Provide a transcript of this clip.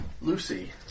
Lucy